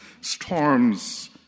storms